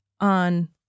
on